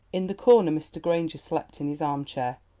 in the corner mr. granger slept in his armchair,